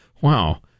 Wow